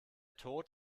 tod